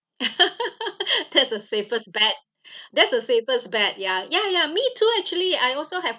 that's the safest bet that's the safest bet ya ya ya me too actually I also have